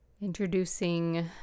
introducing